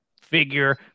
figure